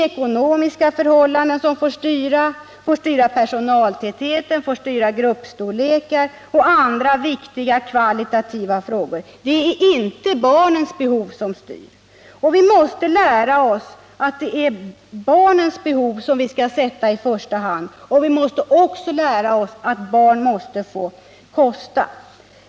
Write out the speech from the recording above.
Ekonomiska förhållanden får styra utbyggnaden, personaltätheten, gruppstorleken och andra viktiga kvalitativa frågor — inte barnens behov. Men vi måste lära oss att det är barnens behov vi skall sätta i första hand och att barn måste få kosta.